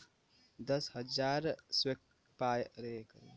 दस हजार square metre बराबर एक हेक्टेयर होला